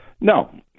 No